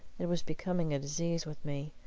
it was becoming a disease with me.